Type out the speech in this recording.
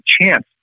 chance